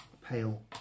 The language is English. pale